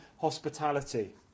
hospitality